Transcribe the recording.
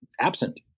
absent